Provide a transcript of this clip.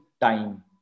time